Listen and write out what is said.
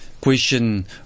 question